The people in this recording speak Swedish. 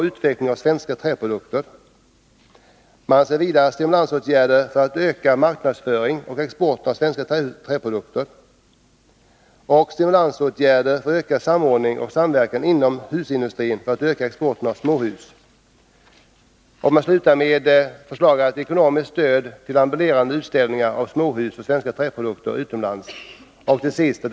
Jag räknar här upp dessa åtgärder. Skapa stimulansåtgärder för ökad upprustning av det äldre byggnadsbeståndet.